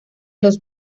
los